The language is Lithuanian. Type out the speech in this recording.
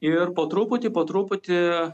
ir po truputį po truputį